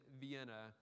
Vienna